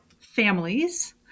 families